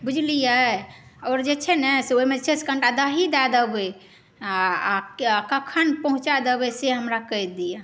बुझलिए आओर जे छै ने ओहिमे अच्छासँ कनि दही दऽ देबै आओर कखन पहुँचा देबै से हमरा कहि दिअ